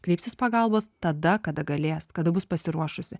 kreipsis pagalbos tada kada galės kada bus pasiruošusi